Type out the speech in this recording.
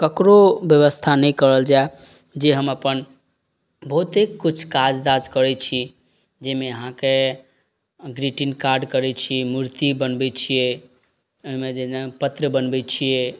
ककरो व्यवस्था नहि कयल जाए जे हम अपन बहुतेक किछु काजराज करै छी जाहिमे आहाँके ग्रीटिन कार्ड करै छी मूर्ति बनबै छियै ओहिमे जेना पत्र बनबै छियै